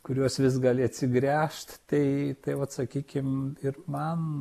kuriuos vis gali atsigręžt tai tai vat sakykim ir man